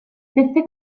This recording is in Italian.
stesse